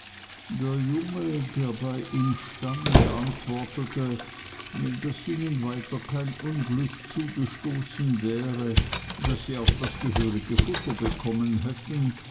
der junge der bei ihm stand antwortete daß ihnen weiter kein unglück zugestoßen wäre daß sie auch das gehörige futter bekommen hätten